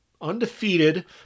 undefeated